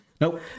nope